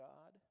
God